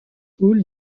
coule